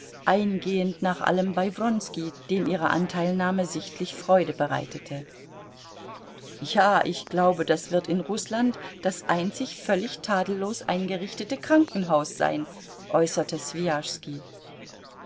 eingehend nach allem bei wronski dem ihre anteilnahme sichtlich freude bereitete ja ich glaube das wird in rußland das einzige völlig tadellos eingerichtete krankenhaus sein äußerte